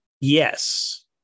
yes